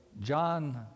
john